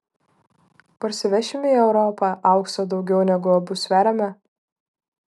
parsivešime į europą aukso daugiau negu abu sveriame